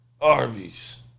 Arby's